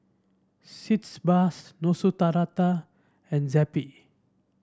Sitz Bath Neostrata and Zappy